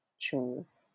choose